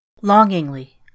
Longingly